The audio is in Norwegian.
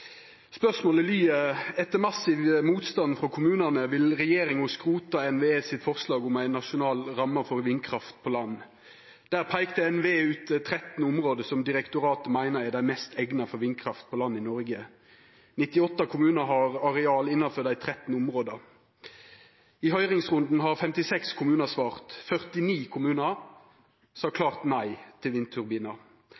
Spørsmålet lyder: «Etter massiv motstand frå kommunane vil regjeringa skrote NVEs forslag om ei nasjonal ramme for vindkraft på land. Der peikte NVE ut 13 område som direktoratet meiner er dei mest eigna for vindkraft på land i Norge. 98 kommunar har areal innanfor dei 13 områda. I høyringsrunden har 56 kommunar svart. 49 kommunar sa